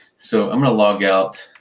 so i'm going to logout.